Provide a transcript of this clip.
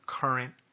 current